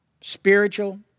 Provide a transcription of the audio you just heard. spiritual